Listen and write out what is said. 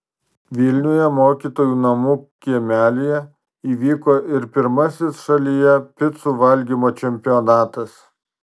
vilniuje mokytojų namų kiemelyje įvyko ir pirmasis šalyje picų valgymo čempionatas